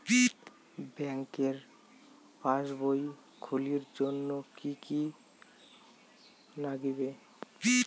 ব্যাঙ্কের পাসবই খুলির জন্যে কি কি নাগিবে?